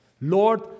Lord